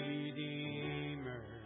Redeemer